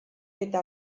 eta